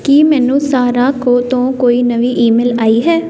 ਕੀ ਮੈਨੂੰ ਸਾਰਾਹ ਕੋ ਤੋਂ ਕੋਈ ਨਵੀਂ ਈਮੇਲ ਆਈ ਹੈ